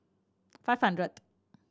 five hundredth